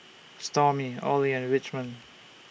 Stormy Olie and Richmond